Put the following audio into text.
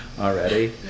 already